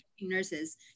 nurses